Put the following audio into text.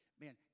man